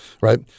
right